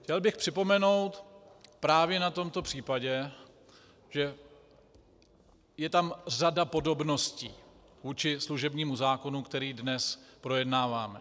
Chtěl bych připomenout právě na tomto případě, že je tam řada podobností vůči služebnímu zákonu, který dnes projednáváme.